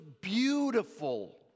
beautiful